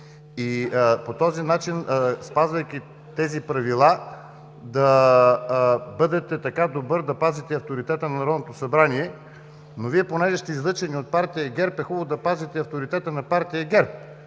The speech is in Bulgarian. По този начин, спазвайки тези правила, да бъдете така добър да пазите авторитета на Народното събрание. Но Вие, понеже сте излъчени от партия ГЕРБ, е хубаво да пазите авторитета на партия ГЕРБ,